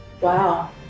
Wow